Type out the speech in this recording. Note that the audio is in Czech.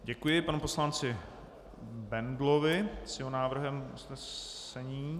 Děkuji panu poslanci Bendlovi s jeho návrhem usnesení.